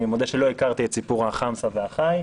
אני מודה שלא הכרתי את סיפור החמסה והח"י.